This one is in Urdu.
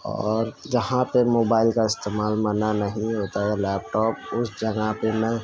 اور جہاں پہ موبائل کا استعمال منع نہیں ہوتا ہے لیپ ٹاپ اُس جگہ پہ میں